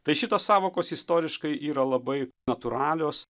tai šitos sąvokos istoriškai yra labai natūralios